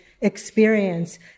experience